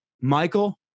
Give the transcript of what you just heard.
Michael